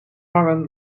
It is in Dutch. hangen